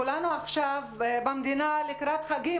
אנחנו נמצאים לקראת חגים.